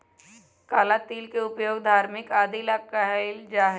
काला तिल के उपयोग धार्मिक आदि ला कइल जाहई